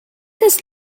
his